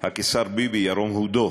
הקיסר ביבי ירום הודו,